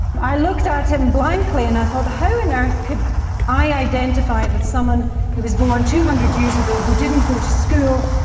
i looked at him blankly and i thought how on and earth could i identify with someone who was born two hundred years ago who didn't go to school,